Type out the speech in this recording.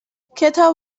کتاب